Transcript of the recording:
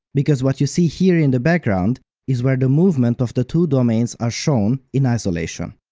because what you see here in the background is where the movement of the two domains are shown in isolation.